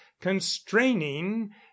constraining